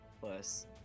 plus